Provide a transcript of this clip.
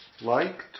Liked